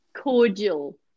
cordial